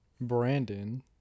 Brandon